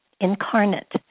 incarnate